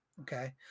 okay